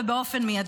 ובאופן מיידי.